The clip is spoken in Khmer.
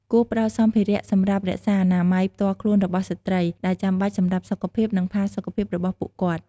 គួរផ្ដល់សម្ភារៈសម្រាប់រក្សាអនាម័យផ្ទាល់ខ្លួនរបស់ស្ត្រី ដែលចាំបាច់សម្រាប់សុខភាព និងផាសុកភាពរបស់ពួកគាត់។